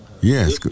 Yes